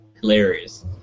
hilarious